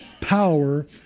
power